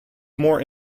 more